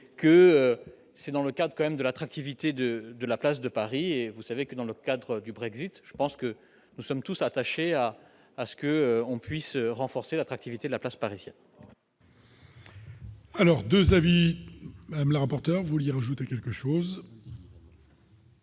que c'est dans le cas quand même de l'attractivité de de la place de Paris et vous savez que dans le cadre du Brexit je pense que nous sommes tous attachés à, à ce que on puisse renforcer l'attractivité de la place parisien. Alors 2 avis la rapporteure vouliez ajouter quelque chose.